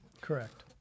Correct